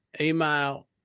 email